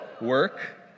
Work